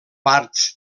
parts